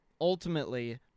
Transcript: ultimately